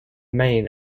main